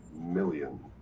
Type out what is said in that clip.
million